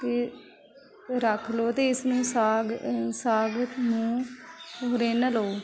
ਅਤੇ ਰੱਖ ਲਓ ਅਤੇ ਇਸਨੂੰ ਸਾਗ ਸਾਗ ਨੂੰ ਰਿੰਨ ਲਓ